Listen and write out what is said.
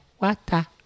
water